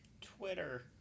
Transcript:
Twitter